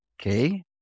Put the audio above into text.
okay